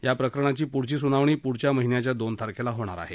या प्रकरणाची पुढील सुनावणी पुढच्या महिन्याच्या दोन तारखेला होणार आहे